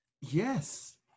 Yes